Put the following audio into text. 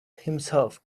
himself